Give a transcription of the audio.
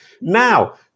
Now